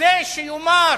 בזה שיאמר